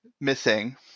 missing